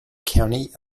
county